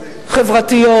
חברתיות.